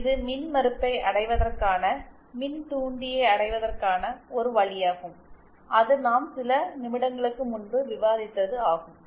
எனவே இது மின்மறுப்பை அடைவதற்கான மின்தூண்டியை அடைவதற்கான ஒரு வழியாகும் அது நாம் சில நிமிடங்களுக்கு முன்பு விவாதித்தது ஆகும்